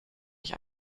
ich